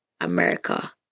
America